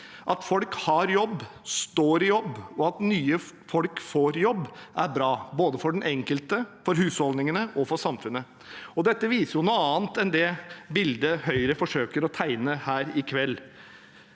At folk har jobb, står i jobb, og at nye folk får jobb, er bra, både for den enkelte, for husholdningene og for samfunnet. Dette viser noe annet enn det bildet Høyre forsøker å tegne her i kveld.